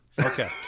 okay